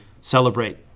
celebrate